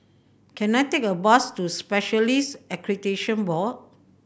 can I take a bus to Specialists Accreditation Board